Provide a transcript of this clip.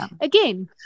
again